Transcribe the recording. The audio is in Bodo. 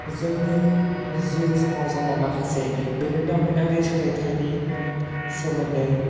जोंनि जिउ समाव जानाय माखासे बिरोंदामिनारि सोलायथायनि सोमोन्दै